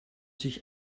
sich